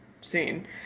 seen